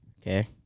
Okay